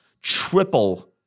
triple